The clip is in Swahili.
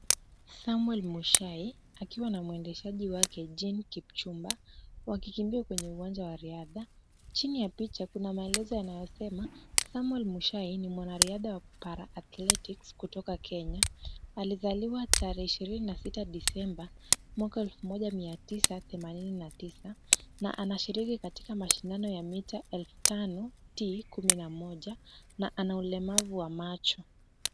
Samuel Mushai akiwa na mwendeshaji wake Jean Kipchumba wakikimbia kwenye uwanja wa riadha. Chini ya picha kuna maelezo yanayosema, Samuel Mushai ni mwanariadha wa Para-athletics kutoka Kenya, Alizaliwa tarehe ishirini na sita Disemba mwaka wa elfu moja mia tisa themanini na tisa na anashiriki katika mashindano ya mita elfu tano T kumi na moja na ana ulemavu wa macho.